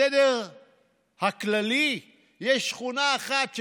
בסגר הכללי יש שכונה אחת,